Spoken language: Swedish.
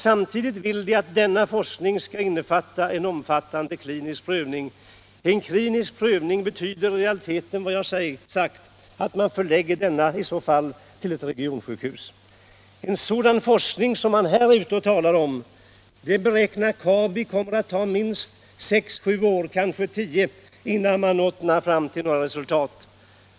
Samtidigt vill de att denna forskning skall innefatta en omfattande klinisk prövning. Det betyder i realiteten att man förlägger denna till ett regionsjukhus. Kabi beräknar att det kommer att ta minst sex till sju år, kanske tio år, innan en sådan forskning leder fram till några resultat.